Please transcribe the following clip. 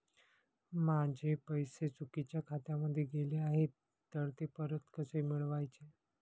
माझे पैसे चुकीच्या खात्यामध्ये गेले आहेत तर ते परत कसे मिळवायचे?